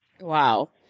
Wow